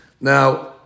Now